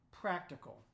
practical